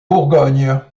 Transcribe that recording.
bourgogne